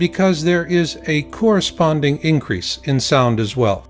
because there is a corresponding increase in sound as well